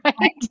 Right